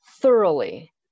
thoroughly